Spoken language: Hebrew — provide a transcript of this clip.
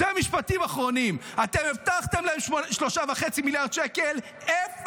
שני משפטים אחרונים: אתם הבטחתם להם 3.5 מיליארד שקל, אפס.